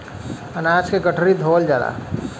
अनाज के गठरी धोवल जाला